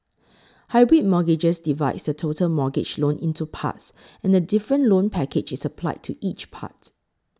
hybrid mortgages divides the total mortgage loan into parts and a different loan package is applied to each part